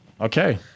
Okay